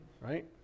Right